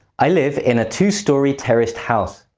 i live in a two-story terraced house.